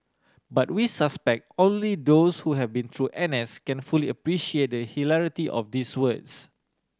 but we suspect only those who have been through N S can fully appreciate the hilarity of these words